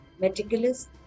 meticulous